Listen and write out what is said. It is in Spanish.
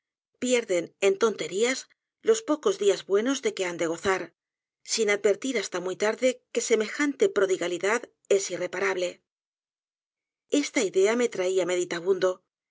pierden en tonterías los pocos días buenos de que han de gozar sin advertir hasta muy tarde que semejante prodigalidad es irreparable esta idea me traía